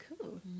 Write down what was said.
Cool